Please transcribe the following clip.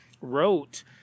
wrote